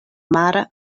mara